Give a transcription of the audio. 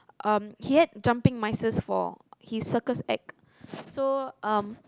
um he had jumping mices for his circus act so um